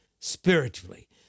spiritually